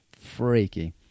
freaky